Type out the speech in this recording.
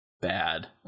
bad